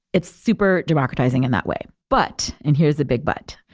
it's super democratizing in that way. but, and here's the big but,